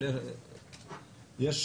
אבל אז